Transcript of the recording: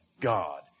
God